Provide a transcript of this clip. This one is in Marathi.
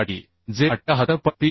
तर fub मूल्य 800 MPa होईल बरोबर